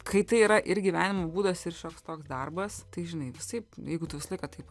kai tai yra ir gyvenimo būdas ir šioks toks darbas tai žinai visaip jeigu tu visą laiką taip